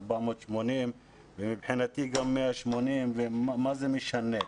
480, ומבחינתי גם 180, מה זה משנה.